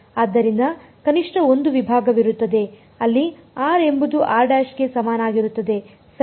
ಆದ್ದರಿಂದ ಕನಿಷ್ಠ ಒಂದು ವಿಭಾಗವಿರುತ್ತದೆ ಅಲ್ಲಿ r ಎಂಬುದು ಗೆ ಸಮನಾಗಿರುತ್ತದೆ ಸರಿ